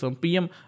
PM